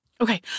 Okay